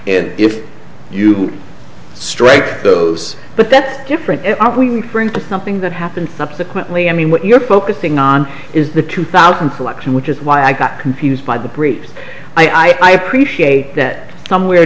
and if you strike those but that's different we bring something that happened subsequently i mean what you're focusing on is the two thousand election which is why i got confused by the breach i appreciate that somewhere